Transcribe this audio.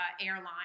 airline